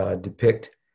depict